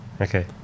Okay